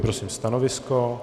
Prosím stanovisko.